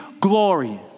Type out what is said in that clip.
glory